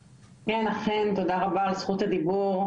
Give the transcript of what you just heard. כן, אכן, תודה רבה על זכות הדיבור.